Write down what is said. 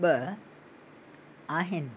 ॿ आहिनि